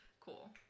Cool